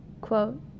Quote